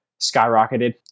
skyrocketed